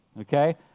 okay